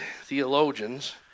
theologians